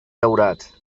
daurat